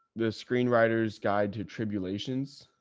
the screenwriter's guide to tribulations.